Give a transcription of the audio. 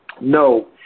No